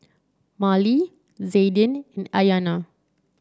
Marlee Zaiden Aiyana